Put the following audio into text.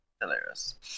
hilarious